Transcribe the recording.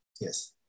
Yes